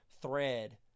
thread